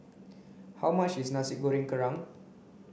how much is nasi goreng kerang